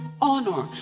honor